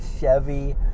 Chevy